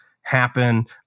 happen